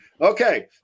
Okay